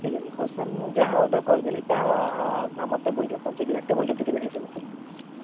ଠିକ୍ ଅଛି ହଉ ସାର୍ ମୁଁ ଯାହା ଅର୍ଡ଼ର କରିଦେଲି ତାହା ଆମ ଟେବୁଲ୍ରେ ପହଞ୍ଚାଇଦେବେ ଟେବୁଲ୍ରେ ଟିକେ ଦେଖାଇ ଦେବେ ତ